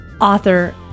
author